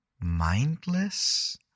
mindless